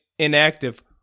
Inactive